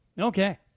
Okay